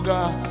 God